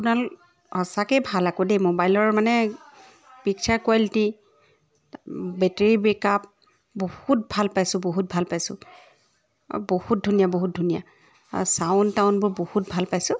আপোনাল সঁচাকৈ ভাল আকৌ দেই মোবাইলৰ মানে picture quality battery back up বহুত ভাল পাইছোঁ বহুত ভাল পাইছোঁ মই বহুত ধুনীয়া বহুত ধুনীয়া আও ছাউণ্ড তাউণ্ডবোৰ বহুত ভাল পাইছোঁ